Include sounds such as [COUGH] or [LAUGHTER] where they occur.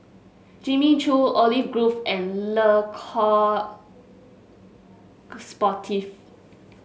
Jimmy Choo Olive Grove and Le Coq [UNINTELLIGIBLE] Sportif